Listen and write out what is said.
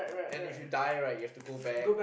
and if you die right you have to go back